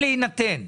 והוא יצא?